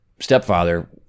stepfather